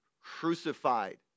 crucified